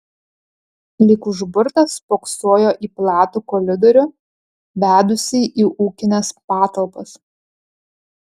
lyg užburtas spoksojo į platų koridorių vedusį į ūkines patalpas